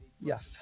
Yes